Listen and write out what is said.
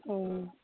অ